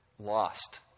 lost